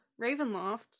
Ravenloft